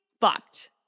fucked